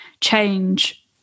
change